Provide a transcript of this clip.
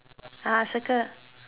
ah circle